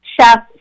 chef